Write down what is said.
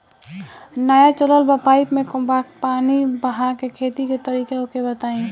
नया चलल बा पाईपे मै पानी बहाके खेती के तरीका ओके बताई?